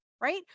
right